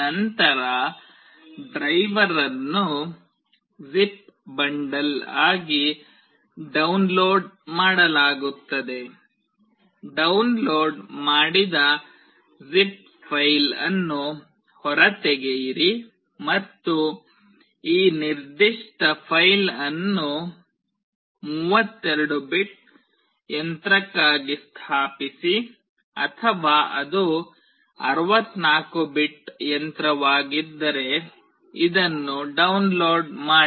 ನಂತರ ಡ್ರೈವರನ್ನು zip bundle ಆಗಿ ಡೌನ್ಲೋಡ್ ಮಾಡಲಾಗುತ್ತದೆ ಡೌನ್ಲೋಡ್ ಮಾಡಿದ ಜಿಪ್ ಫೈಲ್ ಅನ್ನು ಹೊರತೆಗೆಯಿರಿ ಮತ್ತು ಈ ನಿರ್ದಿಷ್ಟ ಫೈಲ್ ಅನ್ನು 32 ಬಿಟ್ ಯಂತ್ರಕ್ಕಾಗಿ ಸ್ಥಾಪಿಸಿ ಅಥವಾ ಅದು 64 ಬಿಟ್ ಯಂತ್ರವಾಗಿದ್ದರೆ ಇದನ್ನು ಡೌನ್ಲೋಡ್ ಮಾಡಿ